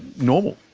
normal.